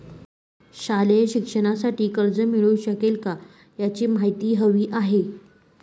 शालेय शिक्षणासाठी कर्ज मिळू शकेल काय? याची माहिती हवी आहे